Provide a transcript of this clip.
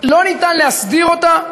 לא ניתן להסדיר אותה,